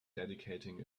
dedicating